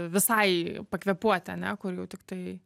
visai pakvėpuoti ane kur jau tiktai